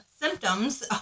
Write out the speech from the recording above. symptoms